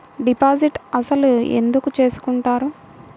Deposit అసలు ఎందుకు చేసుకుంటారు?